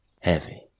heavy